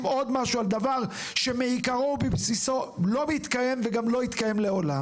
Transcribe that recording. עוד משהו על דבר שמעיקרו ובסיסו לא מתקיים וגם לא יתקיים לעולם?